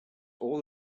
all